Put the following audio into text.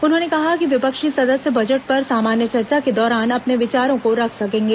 उन्होंने कहा कि विपक्षी सदस्य बजट पर सामान्य चर्चा के दौरान अपने विचारों को रख सकते हैं